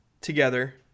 together